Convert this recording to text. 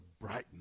brighten